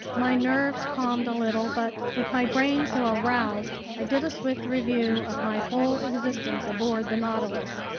my nerves calmed a little, but with my brain so aroused, i did a swift review of my whole existence aboard the nautilus,